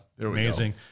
Amazing